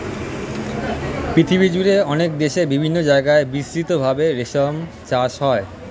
পৃথিবীজুড়ে অনেক দেশে বিভিন্ন জায়গায় বিস্তৃত ভাবে রেশম চাষ হয়